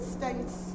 states